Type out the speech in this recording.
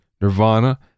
Nirvana